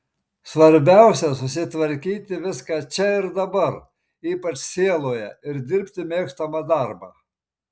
svarbiausia susitvarkyti viską čia ir dabar ypač sieloje ir dirbti mėgstamą darbą